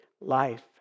life